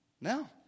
no